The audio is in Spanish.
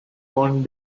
con